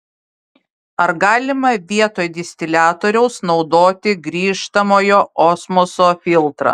ar galima vietoj distiliatoriaus naudoti grįžtamojo osmoso filtrą